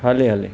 हले हले